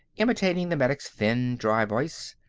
imitating the medic's thin, dry voice.